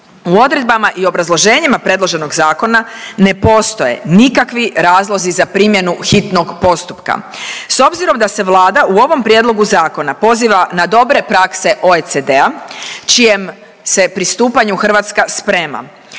U odredbama i obrazloženjima predloženog zakona, ne postoje nikakvi razlozi za primjenu hitnog postupka. S obzirom da se Vlada u ovom prijedlogu zakona poziva na dobre prakse OECD-a, čijem se pristupanju Hrvatska sprema,